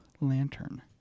lantern